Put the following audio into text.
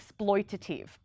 exploitative